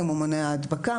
האם הוא מונע הדבקה,